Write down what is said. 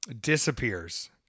disappears